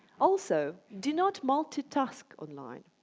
also, do not multitask online.